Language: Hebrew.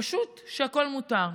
פשוט שהכול מותר.